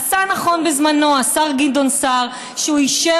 עשה נכון בזמנו השר גדעון סער שאישר,